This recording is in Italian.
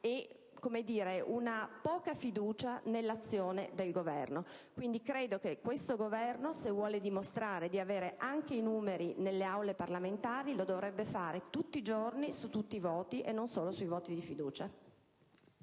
e una poca fiducia nell'azione del Governo. Credo quindi che questo Governo, se vuole dimostrare di avere anche i numeri nelle Aule parlamentari, lo dovrebbe fare tutti i giorni su tutti i voti e non solo su quelli di fiducia.